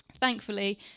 Thankfully